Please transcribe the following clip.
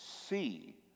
see